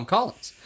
Collins